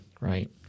Right